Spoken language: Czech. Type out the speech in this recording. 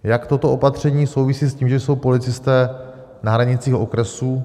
Jak toto opatření souvisí s tím, že jsou policisté na hranicích okresů?